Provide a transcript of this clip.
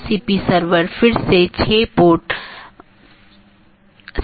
दो त्वरित अवधारणाऐ हैं एक है BGP एकत्रीकरण